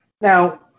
Now